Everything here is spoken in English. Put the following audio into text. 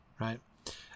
right